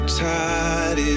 tide